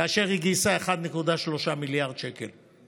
כאשר היא גייסה 1.3 מיליארד שקלים.